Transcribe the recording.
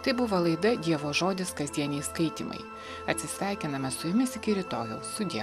tai buvo laida dievo žodis kasdieniai skaitymai atsisveikiname su jumis iki rytojaus sudie